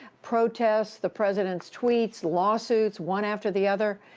protests, the president's tweets, lawsuits, one after the other.